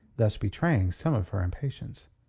thus betraying some of her impatience.